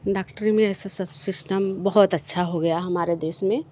डॉक्टरी में ऐसा सब सिस्टम बहुत अच्छा हो गया हमारे देश में